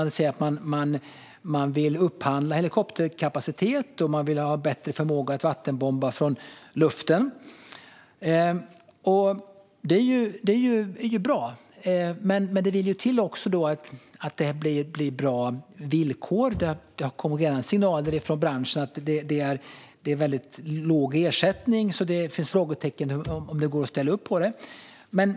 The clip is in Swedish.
Där står det att man vill upphandla helikopterkapacitet och ha bättre förmåga att vattenbomba från luften. Det är bra, men det vill också till att det blir bra villkor. Det har redan kommit signaler från branschen om att det är låg ersättning, så det finns frågetecken när det gäller om det går att ställa upp.